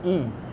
mm